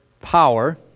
power